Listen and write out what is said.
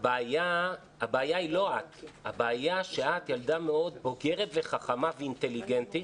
הבעיה היא לא את אלא הבעיה היא שאת ילדה מאוד בוגרת וחכמה ואינטליגנטית